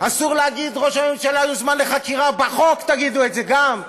אסור להגיד "ראש הממשלה יוזמן לחקירה" בחוק תגידו את זה גם.